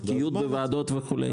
זה התקיעות בוועדות וכו',